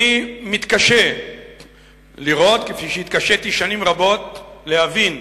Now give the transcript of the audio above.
אני מתקשה לראות, כפי שהתקשיתי שנים רבות להבין,